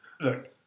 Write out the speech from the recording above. Look